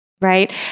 right